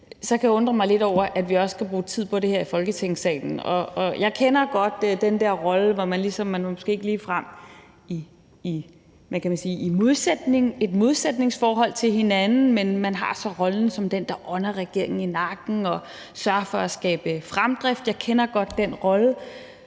så kan jeg undre mig lidt over, at vi også skal bruge tid på det her i Folketingssalen. Jeg kender godt den der rolle; der er måske ikke ligefrem et modsætningsforhold mellem parterne, men man har så rollen som den, der ånder regeringen i nakken og sørger for at skabe fremdrift. Jeg kender godt den rolle,